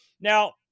Now